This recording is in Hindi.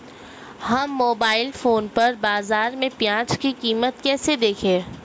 हम मोबाइल फोन पर बाज़ार में प्याज़ की कीमत कैसे देखें?